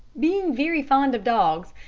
being very fond of dogs,